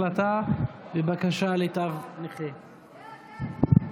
החלטה בבקשה לתג נכה).